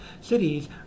cities